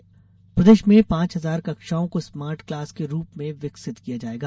smart class प्रदेश में पांच हजार कक्षाओं को स्मार्ट क्लास के रूप में विकसित किया जायेगा